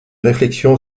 réflexion